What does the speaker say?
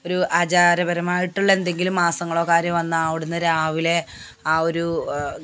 ഒരു ആചാരപരമായിട്ടുള്ള എന്തെങ്കിലും മാസങ്ങളൊ കാര്യ വന്നാൽ അവിടെ നിന്ന് രാവിലെ ആ ഒരു